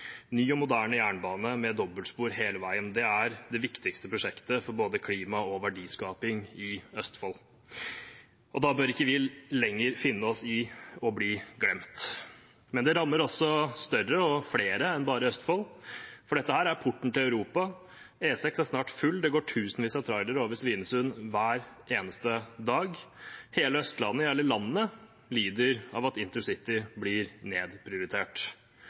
ny og moderne jernbane med dobbeltspor hele veien – det er det viktigste prosjektet for både klima og verdiskaping i Østfold. Da bør vi ikke lenger finne oss i å bli glemt. Men det rammer også større og flere enn bare Østfold, for dette er porten til Europa. E6 er snart full. Det går tusenvis av trailere over Svinesund hver eneste dag. Hele Østlandet, ja, hele landet lider av at intercity blir nedprioritert.